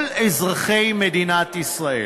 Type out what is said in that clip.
כל אזרחי מדינת ישראל,